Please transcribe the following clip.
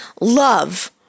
love